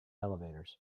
elevators